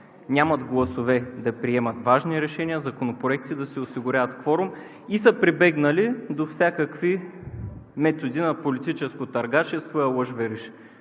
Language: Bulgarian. нямат гласове да приемат важни решения, законопроекти, да си осигуряват кворум и са прибегнали до всякакви методи на политическо търгашество и алъш-вериш.